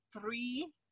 three